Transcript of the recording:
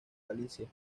galicia